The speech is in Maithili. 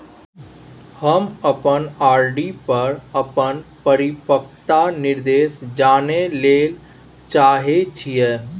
हम अपन आर.डी पर अपन परिपक्वता निर्देश जानय ले चाहय छियै